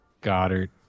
Goddard